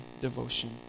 devotion